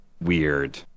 weird